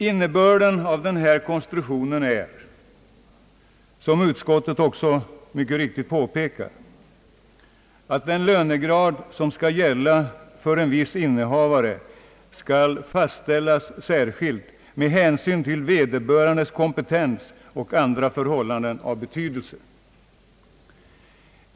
Innebörden av denna konstruktion är, som utskottet också mycket riktigt påpekar, att den lönegrad som skall gälla för en viss innehavare skall fastställas särskilt med hänsyn till vederbörandes kompetens och andra förhållanden av betydelse.